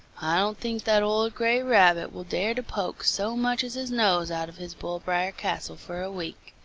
i don't think that old gray rabbit will dare to poke so much as his nose out of his bull-briar castle for a week.